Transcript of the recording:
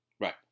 Right